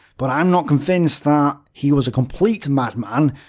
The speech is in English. but i'm not convinced that he was a complete madman,